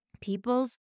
people's